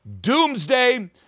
Doomsday